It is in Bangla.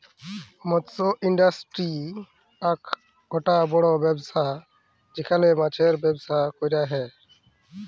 মৎস ইন্ডাস্ট্রি আককটা বড় ব্যবসা যেখালে মাছের ব্যবসা ক্যরা হ্যয়